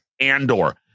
Andor